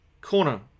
corner